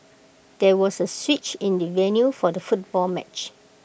there was A switch in the venue for the football match